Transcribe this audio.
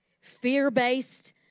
fear-based